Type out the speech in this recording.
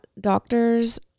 doctors